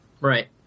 Right